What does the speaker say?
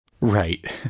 Right